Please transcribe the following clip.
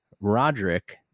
Roderick